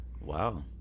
Wow